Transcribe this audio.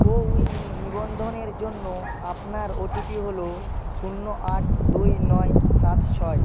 CoWIN নিবন্ধনের জন্য আপনার ওটিপি হলো শূন্য আট দুই নয় সাত ছয়